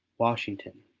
washington,